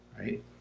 right